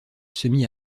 semi